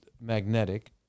magnetic